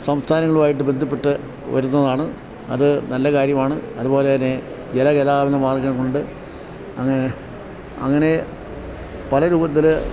സംസ്ഥാനങ്ങളുമായിട്ടു ബന്ധപ്പെട്ടു വരുന്നതാണ് അതു നല്ല കാര്യമാണ് അതുപോലെതന്നെ ജലഗതാഗതമാർഗ്ഗങ്ങളുണ്ട് അങ്ങനെ അങ്ങനെ പല രൂപത്തില്